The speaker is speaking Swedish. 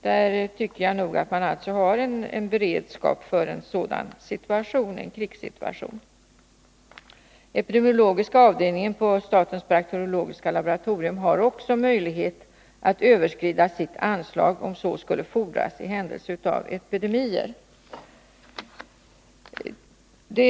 Där tycker jag nog att man har beredskap för en krigssituation. Epidemiologiska avdelningen på statens bakteriologiska laboratorium har också möjlighet att överskrida sitt anslag om så skulle fordras i händelse av epidemier.